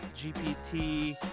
GPT